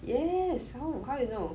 yes how how you know